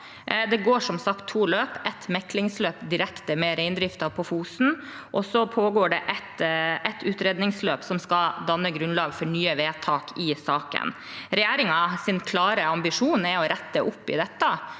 Det går som sagt to løp: et meklingsløp direkte med reindriften på Fosen og et utredningsløp som skal danne grunnlag for nye vedtak i saken. Regjeringens klare ambisjon er å rette opp i dette.